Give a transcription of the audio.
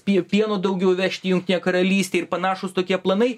pieno daugiau vežti į jungtinę karalystę ir panašūs tokie planai